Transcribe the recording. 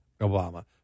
Obama